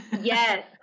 Yes